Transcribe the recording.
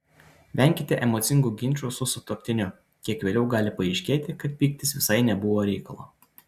venkite emocingų ginčų su sutuoktiniu kiek vėliau gali paaiškėti kad pyktis visai nebuvo reikalo